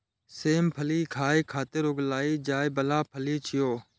सेम फली खाय खातिर उगाएल जाइ बला फली छियै